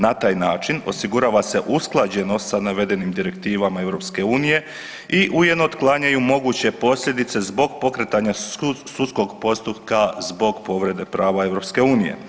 Na taj način osigurava se usklađenost sa navedenim direktivama EU i ujedno otklanjaju moguće posljedice zbog pokretanja sudskog postupka zbog povrede prava EU.